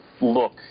look